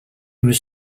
was